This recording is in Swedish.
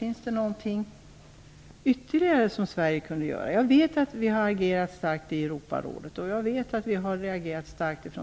Finns det någonting ytterligare som Sverige kan göra? Jag vet att vi har agerat starkt i Europarådet från